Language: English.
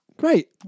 Great